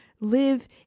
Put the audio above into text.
live